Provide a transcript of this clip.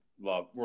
love